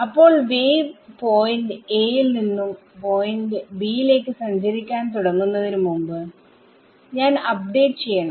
അപ്പോൾ wave point aയിൽ നിന്നും പോയിന്റ് b ലേക്ക് സഞ്ചരിക്കാൻ തുടങ്ങുന്നതിന് മുമ്പ് ഞാൻ അപ്ഡേറ്റ് ചെയ്യണം